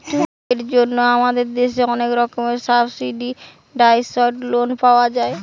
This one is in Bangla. ইস্টুডেন্টদের জন্যে আমাদের দেশে অনেক রকমের সাবসিডাইসড লোন পাওয়া যায়